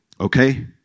okay